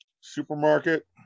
supermarket